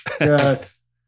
Yes